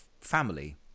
family